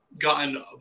gotten